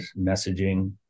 messaging